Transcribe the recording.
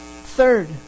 Third